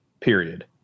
period